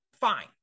Fine